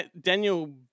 Daniel